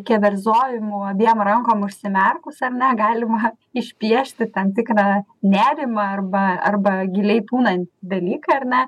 keverzojimų abiem rankom užsimerkus ar ne galima išpiešti tam tikrą nerimą arba arba giliai tūnantį dalyką ar ne